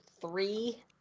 Three